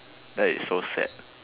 that is so sad